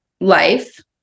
Life